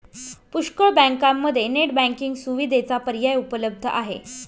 पुष्कळ बँकांमध्ये net banking सुविधेचा पर्याय उपलब्ध आहे